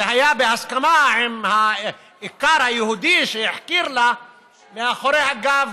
זה היה בהסכמה עם האיכר היהודי שהחכיר לה מאחורי הגב